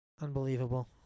unbelievable